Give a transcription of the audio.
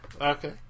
Okay